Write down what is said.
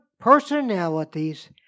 personalities